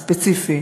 הספציפי